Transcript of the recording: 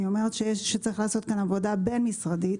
אני אומרת שצריך לעשות עבודה בין-משרדית,